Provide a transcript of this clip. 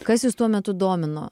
kas jus tuo metu domino